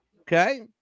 okay